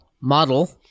model